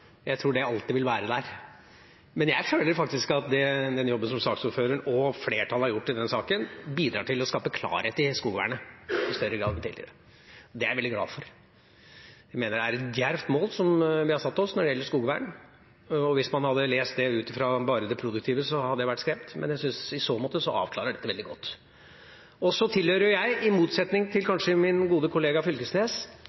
Jeg tror det alltid vil være der. Men jeg føler at den jobben som saksordføreren og flertallet har gjort i denne saken, bidrar til å skape klarhet i skogvernet i større grad enn tidligere. Det er jeg veldig glad for. Jeg mener det er et djervt mål vi har satt oss når det gjelder skogvern. Hvis man hadde lest det ut fra bare det produktive, hadde jeg vært skremt, men jeg syns i så måte at dette avklarer veldig godt. Så tilhører jeg – kanskje i motsetning til